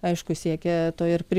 aišku siekia to ir pri